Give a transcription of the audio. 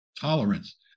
tolerance